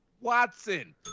Watson